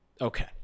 okay